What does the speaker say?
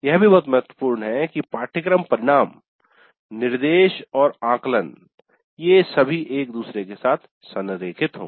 यह भी बहुत महत्वपूर्ण है कि पाठ्यक्रम परिणाम निर्देश और आकलन ये सभी एक दूसरे के साथ संरेखित हों